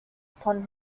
upon